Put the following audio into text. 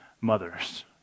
mothers